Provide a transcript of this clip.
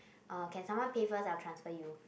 uh can someone pay first I will transfer you